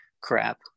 crap